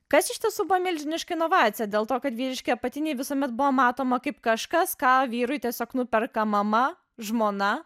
kas iš tiesų buvo milžiniška inovacija dėl to kad vyriški apatiniai visuomet buvo matoma kaip kažkas ką vyrui tiesiog nuperka mama žmona